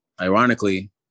Ironically